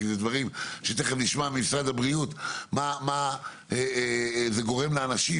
כי זה דברים שתכף נשמע ממשרד הבריאות מה זה גורם לאנשים,